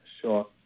sure